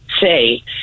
say